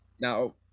Now